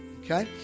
okay